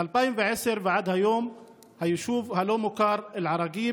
מ-2010 ועד היום היישוב הלא-מוכר אל-עראקיב